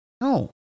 No